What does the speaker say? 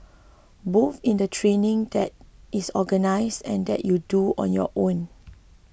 both in the training that is organised and that you do on your own